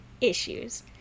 issues